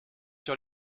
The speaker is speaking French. sur